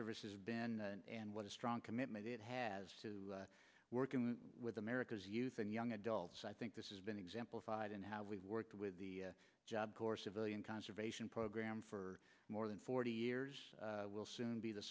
service has been and what a strong commitment it has to working with america's youth and young adults i think this is been example fide and how we worked with the job corps civilian conservation program for more than forty years will soon be the